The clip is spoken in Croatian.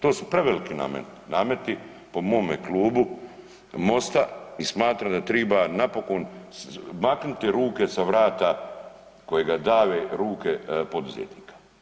To su preveliki nameti po mome Klubu Mosta i smatram da treba napokon maknuti ruke sa vrata kojega dave ruke poduzetnika.